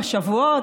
בשבועות,